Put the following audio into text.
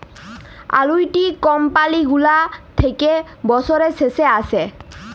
আলুইটি কমপালি গুলা থ্যাকে বসরের শেষে আসে